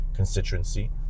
constituency